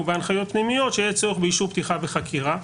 בהנחיות פנימיות שיש צורך באישור פתיחה בחקירה?